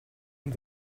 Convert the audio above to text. you